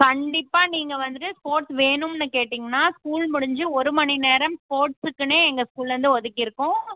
கண்டிப்பாக நீங்கள் வந்துவிட்டு ஸ்போர்ட்ஸ் வேணும்ன்னு கேட்டீங்கன்னா ஸ்கூல் முடிஞ்சு ஒரு மணி நேரம் ஸ்போர்ட்ஸுக்குனே எங்கள் ஸ்கூல்லேர்ந்து ஒதுக்கிருக்கோம்